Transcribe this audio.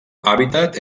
hàbitat